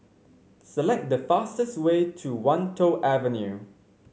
select the fastest way to Wan Tho Avenue